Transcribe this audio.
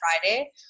Friday